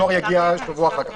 הדואר יגיעו רק שבוע אחר כך.